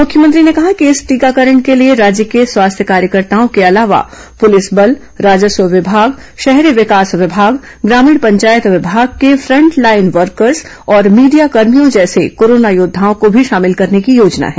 मुख्यमंत्री ने कहा कि इस टीकाकरण के लिए राज्य के स्वास्थ्य कार्यकर्ताओं के अलावा पुलिस बल राजस्व विमाग शहरी विकास विभाग ग्रामीण पंचायत विभाग के फंट लाईन वर्कर्स और मीडिया कर्मियों जैसे कोरोना योद्वाओं को भी शामिल करने की योजना है